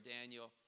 Daniel